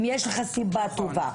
אם יש לך סיבה טובה.